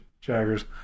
Jagger's